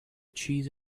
cheese